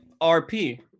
RP